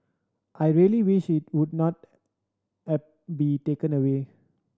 I really wish it would not be taken away